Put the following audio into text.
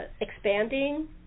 expanding